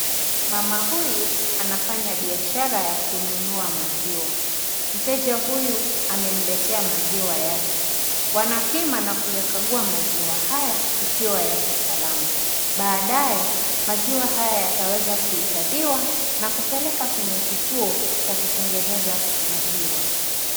Mama huyu ana fanya biashara ya kununua maziwa mteja huyu amemletea maziwa yake wanapima na kuyakagua maziwa haya ikiwa yako salama baadaye maziwa haya yataweza kuhifadhiwa na kupeleka kwenye kituo cha kutengeneza maziwa.